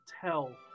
tell